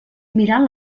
mirant